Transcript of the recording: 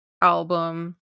album